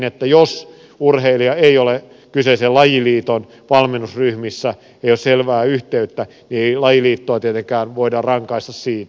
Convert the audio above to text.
mutta jos urheilija ei ole kyseisen lajiliiton valmennusryhmissä ei ole selvää yhteyttä niin ei lajiliittoa tietenkään voida rangaista siitä